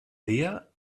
dia